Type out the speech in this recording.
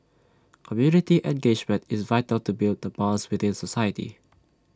community engagement is vital to build the bonds within society